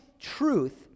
truth